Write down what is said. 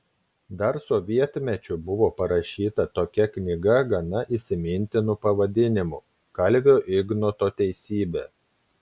dar sovietmečiu buvo parašyta tokia knyga gana įsimintinu pavadinimu kalvio ignoto teisybė